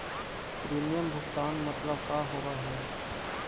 Premium भुगतान मतलब का होव हइ?